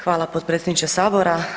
Hvala potpredsjedniče Sabora.